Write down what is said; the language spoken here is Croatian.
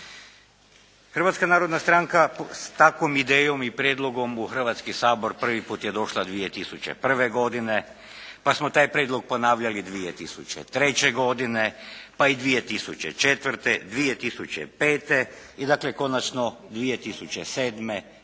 Hrvatska narodna stranka s takvom idejom i prijedlogom u Hrvatski sabor prvi put je došla 2001. godine. Pa smo taj prijedlog ponavljali 2003. godine, pa i 2004., 2005. I dakle konačno 2007. jedna